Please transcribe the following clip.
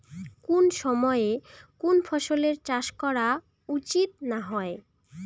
কুন সময়ে কুন ফসলের চাষ করা উচিৎ না হয়?